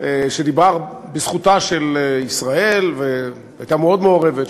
שדיברה בזכותה של ישראל והייתה מאוד מעורבת.